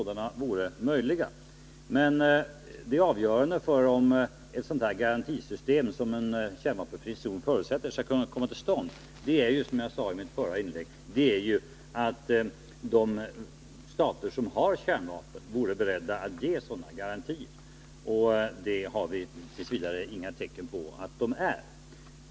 Det avgörande för om ett sådant garantisystem, som en kärnvapenfri zon förutsätter, skall kunna komma till stånd är att de stater som har kärnvapen är beredda att ge sådana garantier. Hittills har vi inte sett några tecken på att de är det.